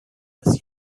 است